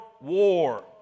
war